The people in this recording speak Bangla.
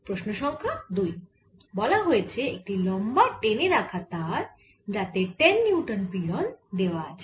প্রশ্ন সংখ্যা 2 বলা হয়েছে একটি লম্বা টেনে রাখা তার যাতে 10 নিউটন পীড়ন দেওয়া আছে